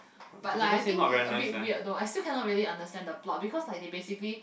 but lah I think a bit weird through I still cannot really understand the plot because like they basically